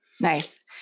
Nice